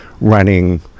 running